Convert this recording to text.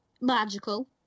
magical